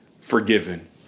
forgiven